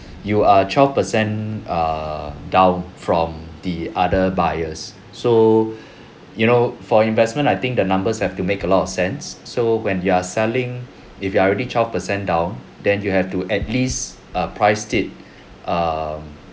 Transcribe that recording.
you are twelve percent err down from the other buyers so you know for investment I think the numbers have to make a lot of cents so when you are selling if you are already twelve percent down then you have to at least err price it err